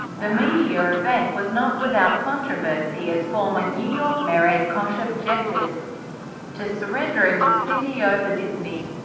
the media event was not without controversy as former new york mayor ed koch objected to surrendering the city over disney,